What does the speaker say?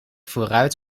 vooruit